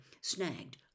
snagged